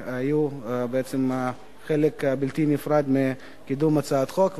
שהיו חלק בלתי נפרד מקידום הצעת החוק.